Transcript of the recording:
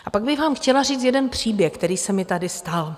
A pak bych vám chtěla říct jeden příběh, který se mi tady stal.